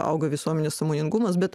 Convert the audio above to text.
auga visuomenės sąmoningumas bet